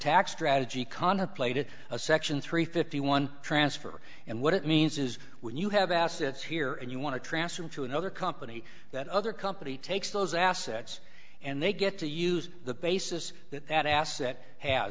tax strategy contemplated a section three fifty one transfer and what it means is when you have assets here and you want to transfer to another company that other company takes those assets and they get to use the basis that that asset has